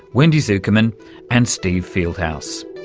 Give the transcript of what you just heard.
wendy zukerman and steve fieldhouse.